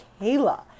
kayla